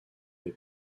les